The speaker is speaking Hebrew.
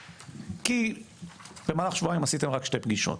כי במהלך שבועיים עשיתם רק שתי פגישות.